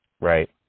Right